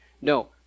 No